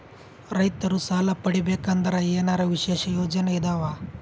ರೈತರು ಸಾಲ ಪಡಿಬೇಕಂದರ ಏನರ ವಿಶೇಷ ಯೋಜನೆ ಇದಾವ?